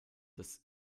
des